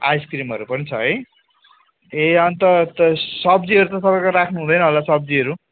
आइस्क्रिमहरू पनि छ है ए अन्त सब्जीहरू त तपाईँको राख्नु हुँदैन होला सब्जीहरू